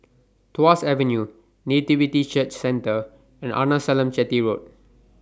Tuas Avenue Nativity Church Centre and Arnasalam Chetty Road